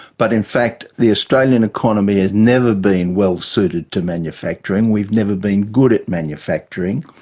but in fact the australian economy has never been well suited to manufacturing we've never been good at manufacturing.